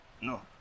No